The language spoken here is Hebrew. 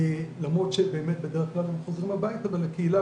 למרות שבדרך כלל הם חוזרים הביתה ולקהילה,